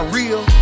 real